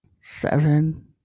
seven